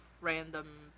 random